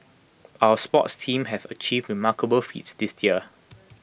our sports teams have achieved remarkable feats this year